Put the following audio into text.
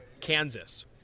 Kansas